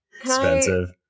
Expensive